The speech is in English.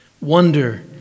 Wonder